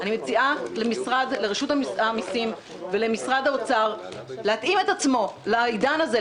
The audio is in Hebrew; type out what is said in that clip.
אני מציעה לרשות המסים ולמשרד האוצר להתאים את עצמם לעידן הזה,